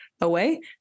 away